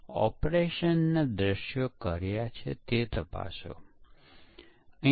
તેથી પ્રોગ્રામરે ભૂલ કરી પણ હજી પણ તે ખામીનું કારણ બન્યું નહીં